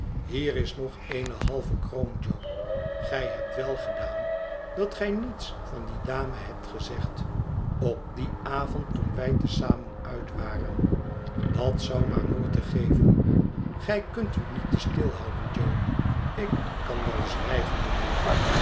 hier is nog eene halve kroon jo gij hebt wel gedaan dat gij niets van die dame hebt gezegd op dien avond toen wij te zamen uit waren dat zou maar moeite geven gij kunt u niet te stil houden jo ik kan wel zwijgen